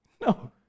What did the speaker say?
No